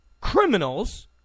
criminals